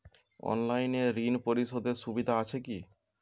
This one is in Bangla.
অনলাইনে ঋণ পরিশধের সুবিধা আছে কি?